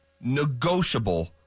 negotiable